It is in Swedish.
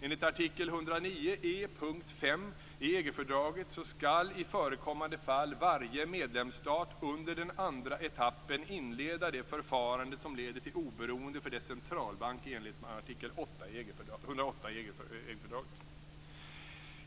Enligt artikel 109 e punkt 5 i EG-fördraget skall i förekommande fall varje medlemsstat under den andra etappen inleda det förfarande som leder till oberoende för dess centralbank i enlighet med artikel 108 i EG-fördraget.